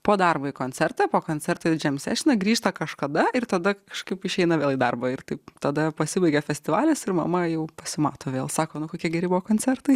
po darbo į koncertą po koncerto į džemsešiną grįžta kažkada ir tada kažkaip išeina vėl į darbą ir taip tada pasibaigia festivalis ir mama jau pasimato vėl sako nu kokie geri buvo koncertai